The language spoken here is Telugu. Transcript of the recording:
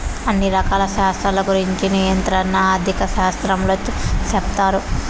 అన్ని రకాల శాస్త్రాల గురుంచి నియంత్రణ ఆర్థిక శాస్త్రంలో సెప్తారు